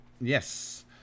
Yes